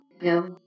No